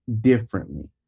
differently